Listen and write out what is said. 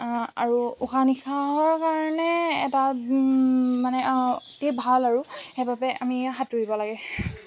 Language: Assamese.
আৰু উশাহ নিশাহৰ কাৰণে এটা মানে অতি ভাল আৰু সেইবাবে আমি সাঁতুৰিব লাগে